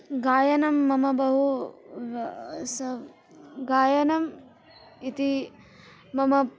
गायनं मम बहु स गायनम् इति मम